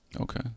Okay